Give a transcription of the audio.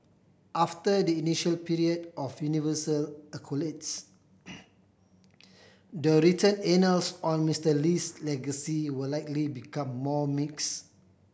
after the initial period of universal accolades the written annals on Mister Lee's legacy will likely become more mix